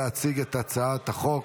להציג את הצעת החוק.